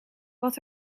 wat